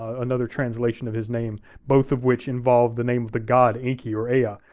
ah another translation of his name, both of which involve the name of the god enki, or ea, yeah